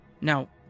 Now